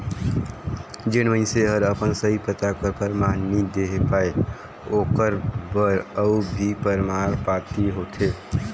जेन मइनसे हर अपन सही पता कर परमान नी देहे पाए ओकर बर अउ भी परमान पाती होथे